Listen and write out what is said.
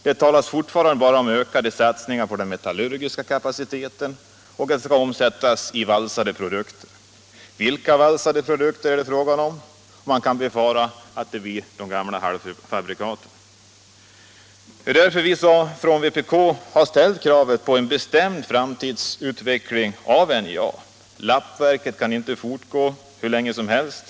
Det talas fortfarande bara om ökade satsningar på den metallurgiska kapaciteten och om valsade produkter. Vilka valsade produkter är det fråga om? Man kan befara att det blir de gamla halvfabrikaten. Det är därför som vi från vpk har ställt kravet på en bestämd framtidsutveckling av NJA. Lappverket kan inte fortgå hur länge som helst.